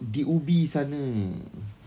di ubi sana